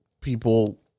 People